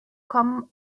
kommen